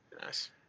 Nice